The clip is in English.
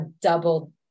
double